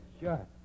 Sure